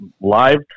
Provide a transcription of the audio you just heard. live